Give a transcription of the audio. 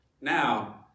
Now